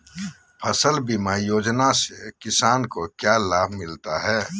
फसल बीमा योजना से किसान को क्या लाभ मिलता है?